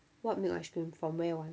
what milk ice cream from where [one]